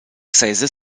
sesa